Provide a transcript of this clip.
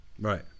Right